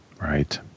Right